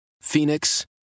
Phoenix